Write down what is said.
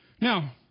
Now